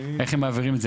איך הם מעבירים את זה?